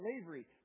slavery